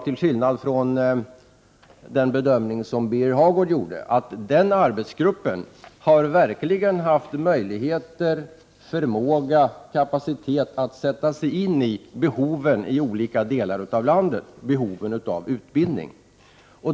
Till skillnad från den bedömning som Birger Hagård gjorde är min uppfattning den att denna arbetsgrupp verkligen har haft möjligheter, förmåga och kapacitet att sätta sig in i behoven av utbildning i olika delar av landet.